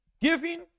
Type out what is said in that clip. Giving